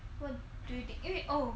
what do you think eh wait oh